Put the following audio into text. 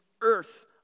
earth